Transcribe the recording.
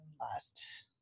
last